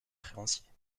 créanciers